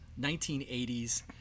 1980s